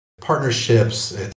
partnerships